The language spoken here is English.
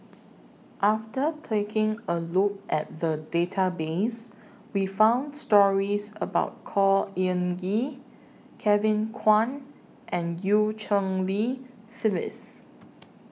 after taking A Look At The Database We found stories about Khor Ean Ghee Kevin Kwan and EU Cheng Li Phyllis